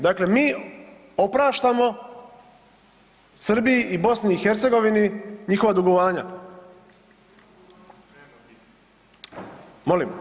Dakle, mi opraštamo Srbiji i BiH njihova dugovanja. … [[Upadica iz klupe se ne razumije]] Molim?